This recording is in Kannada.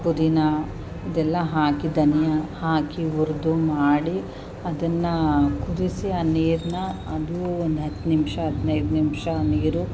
ಪುದಿನಾ ಇದೆಲ್ಲ ಹಾಕಿ ಧನಿಯಾ ಹಾಕಿ ಹುರಿದು ಮಾಡಿ ಅದನ್ನು ಕುದಿಸಿ ಆ ನೀರನ್ನ ಅದು ಒಂದು ಹತ್ತು ನಿಮಿಷ ಹದ್ನೈದು ನಿಮಿಷ ನೀರು